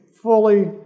fully